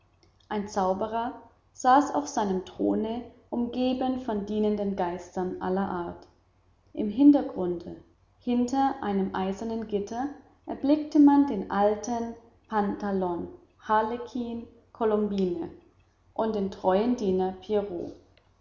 ein zauberer saß auf seinem throne umgeben von dienenden geistern aller art im hintergrunde hinter einem eisernen gitter erblickte man den alten pantalon harlekin colombine und den treuen diener